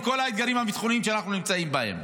עם כל האתגרים הביטחוניים שאנחנו נמצאים בפניהם.